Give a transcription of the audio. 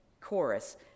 chorus